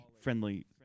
friendly